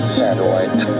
satellite